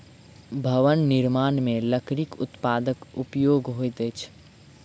भवन निर्माण मे लकड़ीक उत्पादक उपयोग होइत अछि